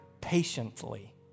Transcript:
patiently